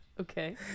Okay